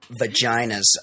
vaginas